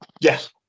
Yes